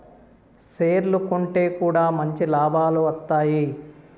షేర్లు కొంటె కూడా మంచి లాభాలు వత్తాయి